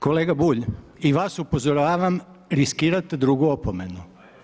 Kolega Bulj i vas upozoravam, riskirate drugu opomenu.